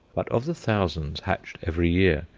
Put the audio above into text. but of the thousands hatched every year,